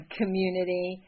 community